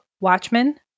Watchmen